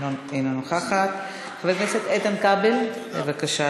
אינה נוכחת, חבר הכנסת איתן כבל, בבקשה,